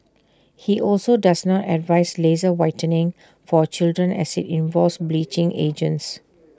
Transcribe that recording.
he also does not advise laser whitening for children as IT involves bleaching agents